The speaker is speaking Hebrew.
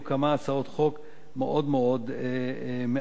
כמה הצעות חוק מאוד מאוד מעניינות.